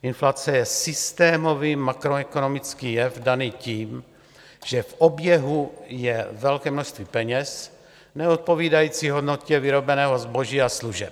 Inflace je systémový makroekonomický jev daný tím, že v oběhu je velké množství peněz neodpovídající hodnotě vyrobeného zboží a služeb.